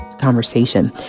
conversation